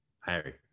Harry